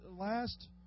last